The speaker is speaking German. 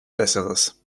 besseres